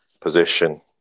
position